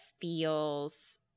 feels